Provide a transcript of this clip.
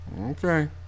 Okay